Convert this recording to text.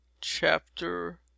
chapter